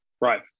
Right